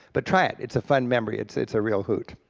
but try it, it's a fun memory, it's it's a real hoot.